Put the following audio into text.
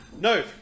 No